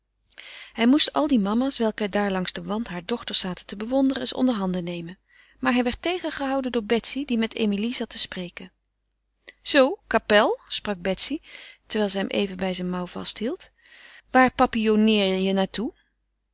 hij moest al die mama's welke daar langs den wand hare dochters zaten te bewonderen eens onderhanden nemen maar hij werd tegengehouden door betsy die met emilie zat te spreken zoo kapel sprak betsy terwijl zij hem even bij zijn mouw vasthield waar papillonneer je naar